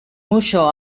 moixó